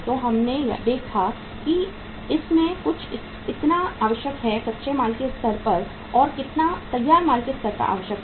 तो हमने देखा कि इसमें कुछ इतना आवश्यक है कच्चे माल के स्तर पर और इतना तैयार माल के स्तर पर आवश्यक है